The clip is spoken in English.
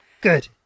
Good